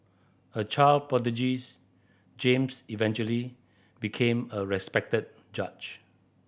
a child prodigies James eventually became a respected judge